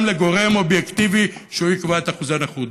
לגורם אובייקטיבי שיקבע את אחוזי הנכות.